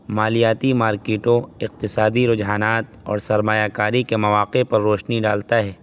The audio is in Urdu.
مالیاتی مارکیٹوں اقتصادی رجحانات اور سرمایہ کاری کے مواقع پر روشنی ڈالتا ہے